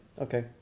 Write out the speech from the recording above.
Okay